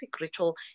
ritual